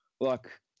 Look